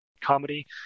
comedy